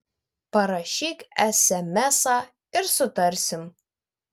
parašyk esemesą ir sutarsim